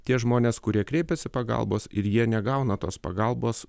tie žmonės kurie kreipiasi pagalbos ir jie negauna tos pagalbos